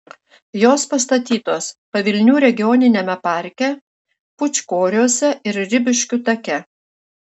jos pastatytos pavilnių regioniniame parke pūčkoriuose ir ribiškių take